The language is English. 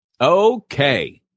Okay